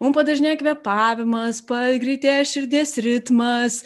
mum padažnėja kvėpavimas pagreitėja širdies ritmas